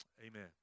amen